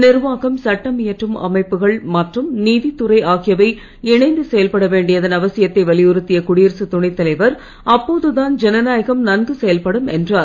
நிர்வாகம் சட்டம் இயற்றும் அமைப்புகள் மற்றும் நீதித்துறை ஆகியவை இணைந்து செயல்பட வேண்டியதன் அவசியத்தை வலியுறுத்திய குடியரசு துணைத்தலைவர் அப்பொழுதுதான் ஜனநாயகம் நன்கு செயல்படும் என்றார்